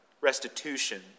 restitution